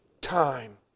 time